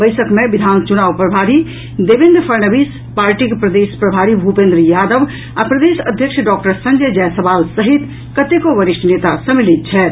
बैसक मे बिहार चुनाव प्रभारी देवेन्द्र फड़ण्वीस पार्टीक प्रदेश प्रभारी भूपेन्द्र यादव आ प्रदेश अध्यक्ष डॉक्टर संजय जायसवाल सहित कतेको वरिष्ठ नेता सम्मिलित छथि